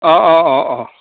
অঁ অঁ অঁ অঁ